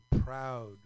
proud